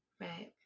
Right